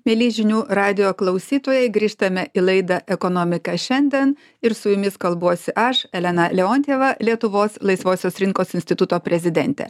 mieli žinių radijo klausytojai grįžtame į laidą ekonomika šiandien ir su jumis kalbuosi aš elena leontjeva lietuvos laisvosios rinkos instituto prezidentė